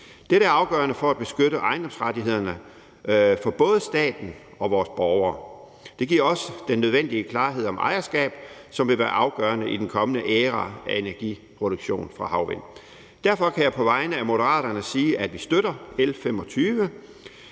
Dette er afgørende for at beskytte ejendomsrettighederne for både staten og vores borgere. Det giver også den nødvendige klarhed om ejerskab, som vil være afgørende i den kommende æra af energiproduktion fra havvind. Derfor kan jeg på vegne af Moderaterne sige, at vi støtter L 25.